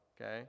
Okay